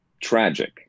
tragic